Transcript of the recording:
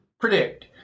predict